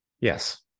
Yes